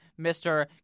Mr